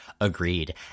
Agreed